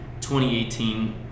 2018